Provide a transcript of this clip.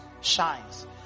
shines